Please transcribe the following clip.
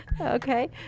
Okay